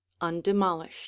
undemolished